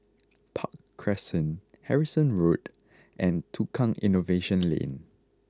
Park Crescent Harrison Road and Tukang Innovation Lane